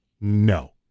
No